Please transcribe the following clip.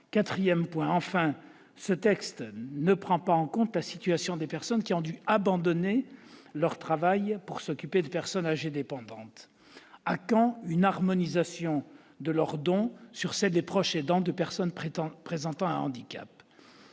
Quatrièmement, le présent texte ne prend pas en compte la situation de celles et ceux qui ont dû abandonner leur travail pour s'occuper de personnes âgées dépendantes. À quand une harmonisation de leurs droits avec ceux des proches aidants des personnes présentant un handicap ?